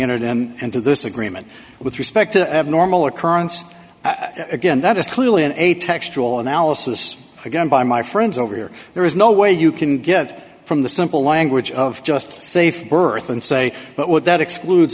entered and to this agreement with respect to abnormal occurrence again that is clearly an eight textual analysis again by my friends over here there is no way you can get from the simple language of just safe birth and say but would that excludes